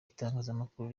itangazamakuru